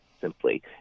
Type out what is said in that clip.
simply